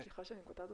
סליחה שאני קוטע אותך,